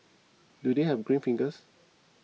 do they have green fingers